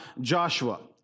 Joshua